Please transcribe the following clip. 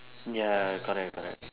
ya correct correct